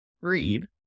read